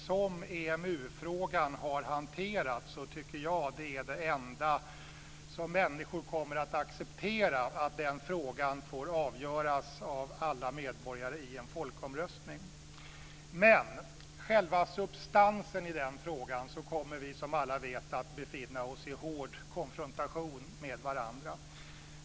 Som den har hanterats tror jag att det enda som människor kommer att acceptera är att den frågan får avgöras av alla medborgare i en folkomröstning. Men när det gäller själva substansen i den frågan kommer vi, som alla vet, att befinna oss i hård konfrontation med varandra.